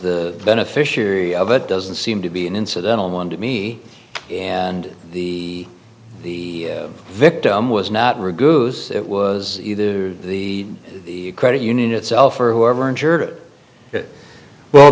the beneficiary of it doesn't seem to be an incidental one to me and the the victim was not reduce it was either the credit union itself or whoever insured it well